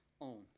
own